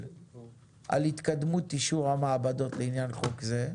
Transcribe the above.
על התקדמות אישור המעבדות לעניין חוק זה,